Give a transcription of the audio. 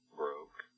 broke